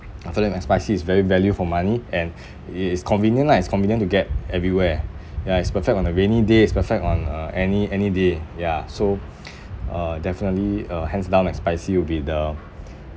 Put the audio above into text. I feel like mcspicy is very value for money and it is convenient lah it's convenient to get everywhere ya it's perfect on a rainy days perfect on uh any any day ya so uh definitely uh hands down mcspicy will be the